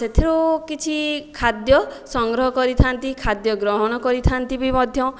ସେଥିରୁ କିଛି ଖାଦ୍ୟ ସଂଗ୍ରହ କରିଥାନ୍ତି ଖାଦ୍ୟ ଗ୍ରହଣ କରିଥାନ୍ତି ବି ମଧ୍ୟ